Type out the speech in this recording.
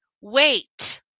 wait